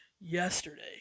Yesterday